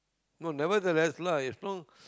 no nevertheless lah if not